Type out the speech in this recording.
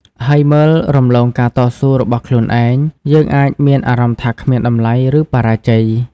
ហើយមើលរំលងការតស៊ូរបស់ខ្លួនឯង យើងអាចមានអារម្មណ៍ថាគ្មានតម្លៃ ឬបរាជ័យ។